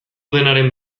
denaren